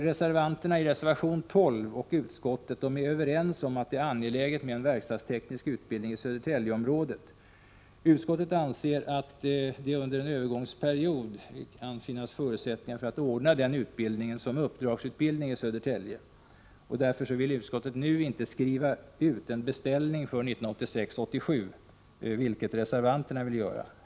Reservanterna bakom reservation 12 och utskottet är överens om att det är angeläget med en verkstadsteknikerutbildning i Södertäljeområdet. Utskottet anser att det under en övergångsperiod kan finnas förutsättningar att ordna den utbildningen som uppdragsutbildning i Södertälje. Därför vill utskottet nu inte skriva ut en beställning för 1986/87, vilket reservanterna vill göra.